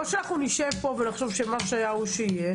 או נשב פה ונחשוב שמה שהיה הוא שיהיה